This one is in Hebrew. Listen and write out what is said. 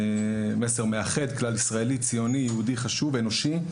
מסר מאחד כלל ישראלי, ציוני, יהודי ואנושי.